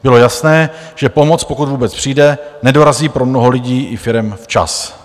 Bylo jasné, že pomoc, pokud vůbec přijde, nedorazí pro mnoho lidí i firem včas.